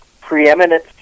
preeminent